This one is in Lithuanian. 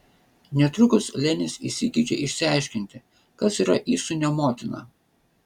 netrukus lenis įsigeidžia išsiaiškinti kas yra įsūnio motina